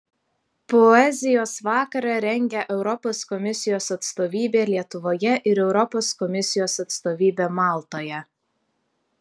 poezijos vakarą rengia europos komisijos atstovybė lietuvoje ir europos komisijos atstovybė maltoje